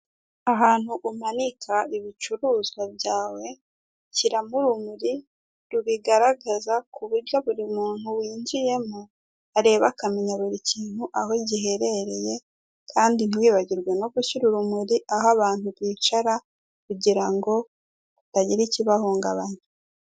Ahantu umanika ibicuruzwa byawe shyiramo urumuri rubigaragaza ku buryo buri muntu winjiyemo areba akamenya buri kintu aho giherereye kandi ntiwibagirwe no gushyira urumuri aho abantu bicara kugira ngo hatagira ikibahungabanya.